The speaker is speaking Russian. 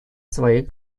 своих